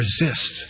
resist